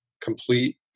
complete